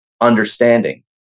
understanding